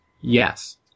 Yes